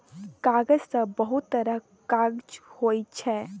कागज सँ बहुत तरहक काज होइ छै